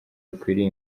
bakwiriye